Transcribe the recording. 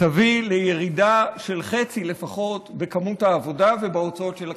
תביא לירידה של חצי לפחות בכמות העבודה ובהוצאות של הכנסת.